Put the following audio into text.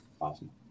Awesome